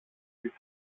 της